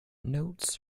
notes